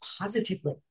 positively